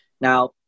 Now